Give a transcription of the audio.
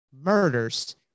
murders